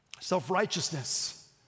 self-righteousness